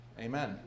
Amen